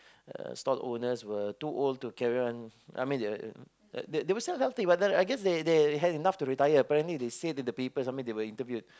uh stall owners were too old to carry on I mean they they they were still healthy but then I guess they they have enough to retire apparently they say that the people sometimes they were interviewed